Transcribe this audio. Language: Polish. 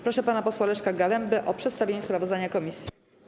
Proszę pana posła Leszka Galembę o przedstawienie sprawozdania komisji.